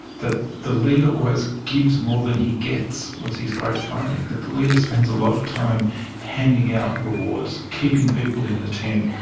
that the leader always gives more than he gets was his great finding that the leader spends a lot of time handing out rewards, keeping people in the team,